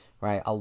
right